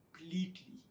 completely